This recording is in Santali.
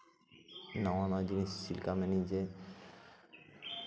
ᱱᱟᱣᱟ ᱱᱟᱣᱟ ᱡᱤᱱᱤᱥ ᱪᱮᱫᱞᱮᱠᱟ ᱢᱮᱱᱟᱹᱧ ᱡᱮ